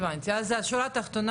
יש גופי שחיטה